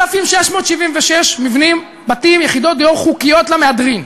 10,676 מבנים, בתים, יחידות דיור חוקיות למהדרין.